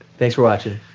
thanks for watching.